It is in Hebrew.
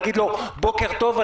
להגיד לו: בוקר טוב,